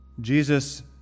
Jesus